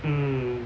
mm